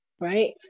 right